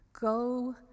Go